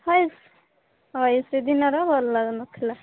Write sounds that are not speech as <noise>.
<unintelligible> ହଁ ସେଦିନର ଭଲ ଲାଗୁନଥିଲା